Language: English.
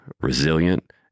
resilient